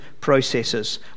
processes